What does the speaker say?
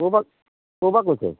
ক'ৰ পৰা ক'ৰ পৰা কৈছে